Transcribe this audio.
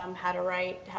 um how to write,